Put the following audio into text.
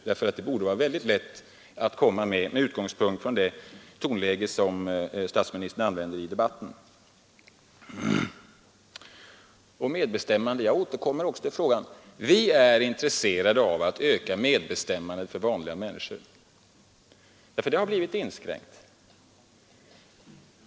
Det borde vara lätt att ge ett besked. Vi är intresserade av att öka medbestämmandet för vanliga människor, därför att det har blivit inskränkt.